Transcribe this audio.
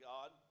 God